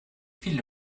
viele